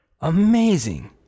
amazing